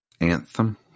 Anthem